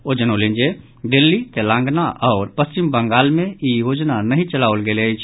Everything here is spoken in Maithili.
ओ जनौलनि जे दिल्ली तेलंगाना आओर पश्चिम बंगाल मे ई योजना नहिं चलाओल गेल अछि